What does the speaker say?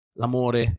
l'amore